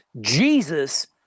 Jesus